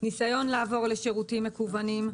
ניסיון לעבור לשירותים מקוונים.